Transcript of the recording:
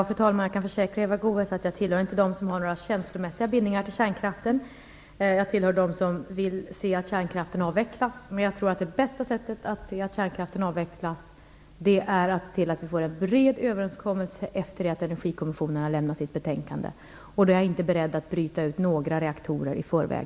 Fru talman! Jag kan försäkra Eva Goës att jag inte tillhör dem som har några känslomässiga bindningar till kärnkraften. Jag tillhör dem som vill se att kärnkraften avvecklas. Men jag tror att det bästa sättet att se till att kärnkraften avvecklas är att få till stånd en bred överenskommelse efter det att Energikommissionen har lämnat sitt betänkande. Jag är därför inte beredd att bryta ut några reaktorer i förväg.